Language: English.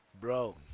bro